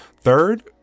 Third